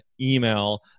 email